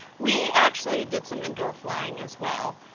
we actually did some indoor flying, as well,